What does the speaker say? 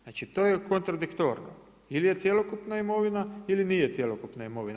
Znači to je kontradiktorno ili je cjelokupna imovina ili nije cjelokupna imovina.